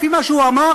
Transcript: לפי מה שהוא אמר,